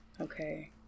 Okay